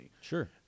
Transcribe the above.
Sure